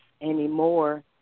anymore